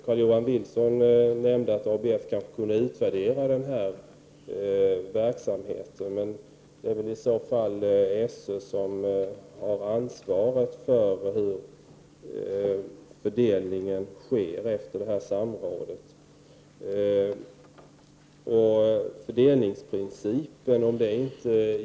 Carl-Johan Wilson nämnde att ABF kanske kunde utvärdera den här verksamheten, men det bör väl i så fall SÖ göra, som har ansvaret för hur fördelningen sker efter samrådet.